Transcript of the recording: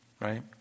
right